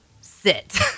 sit